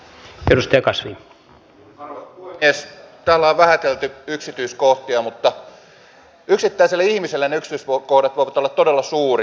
täällä on vähätelty yksityiskohtia mutta yksittäiselle ihmiselle ne yksityiskohdat voivat olla todella suuria